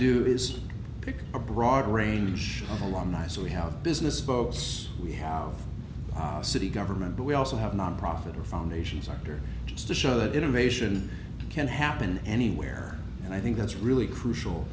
do is pick a broad range of alumni so we have business focus we have city government but we also have nonprofit or foundations are just to show that innovation can happen anywhere and i think that's really crucial